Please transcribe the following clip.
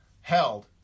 held